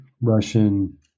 Russian